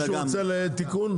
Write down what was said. עוד מישהו רוצה תיקון?